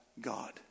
God